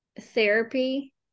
therapy